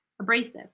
abrasive